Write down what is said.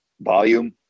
volume